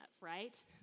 right